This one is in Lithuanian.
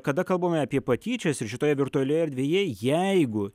kada kalbame apie patyčias ir šitoje virtualioje erdvėje jeigu